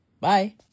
Bye